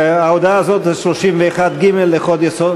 ההודעה הזאת היא לפי סעיף 31(ג) לחוק-יסוד: